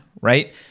right